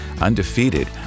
Undefeated